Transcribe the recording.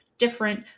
different